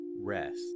rest